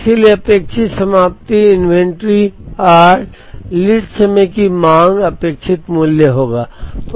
इसलिए अपेक्षित समाप्ति इन्वेंट्री r लीड समय की मांग अपेक्षित मूल्य होगा